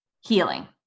healing